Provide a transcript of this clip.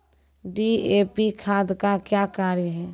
DAP खाद का क्या कार्य हैं?